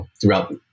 throughout